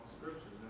scriptures